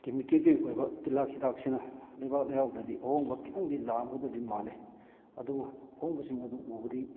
ꯀꯦꯃꯤꯀꯦꯜꯒꯤ ꯑꯣꯏꯕ ꯇꯤꯜꯍꯥꯠ ꯍꯤꯗꯥꯛꯁꯤꯅ ꯂꯩꯕꯥꯛ ꯂꯩꯍꯥꯎꯗꯗꯤ ꯑꯍꯣꯡꯕ ꯈꯤꯇꯪꯗꯤ ꯂꯥꯛꯑꯝꯒꯗꯧꯕꯗꯤ ꯃꯥꯜꯂꯤ ꯑꯗꯨꯕꯨ ꯑꯍꯣꯡꯕꯁꯤꯡ ꯑꯗꯨ ꯎꯕꯗꯤ